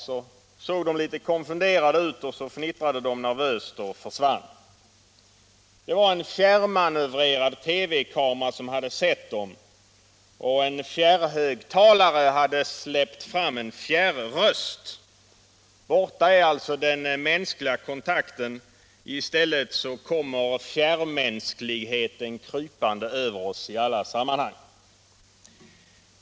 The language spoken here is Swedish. Så såg de litet konfunderade ut, och så fnittrade de nervöst och försvann. Det var en fjärrmanövrerad TV-kamera som hade sett dem, och en fjärrhögtalare hade släppt fram en fjärröst. Borta är alltså den mänskliga kontakten. I stället kommer fjärrmänskligheten krypande över oss i alla sammanhang.